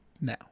now